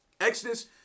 Exodus